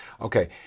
okay